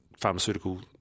pharmaceutical